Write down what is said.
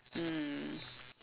mm